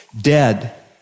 Dead